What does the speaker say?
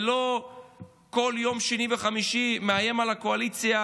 ולא בכל יום שני וחמישי מאיים על הקואליציה